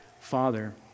Father